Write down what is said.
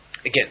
again